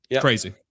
Crazy